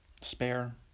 Spare